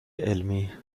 علمی